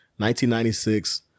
1996